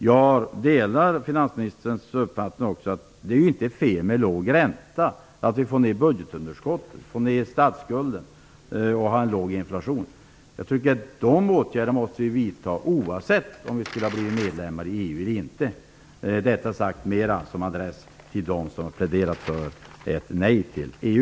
Jag delar också finansministerns uppfattning att det inte är fel med låg ränta, att sänka budgetunderskottet och statsskulden och att ha en låg inflation. De åtgärderna måste vidtas oavsett medlemskap i EU eller inte. Detta är sagt mer med adress till dem som har pläderat för ett nej till EU.